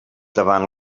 davant